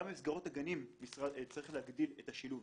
גם במסגרות הגנים צריך להגדיל את השילוב,